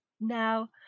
Now